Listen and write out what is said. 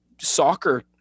soccer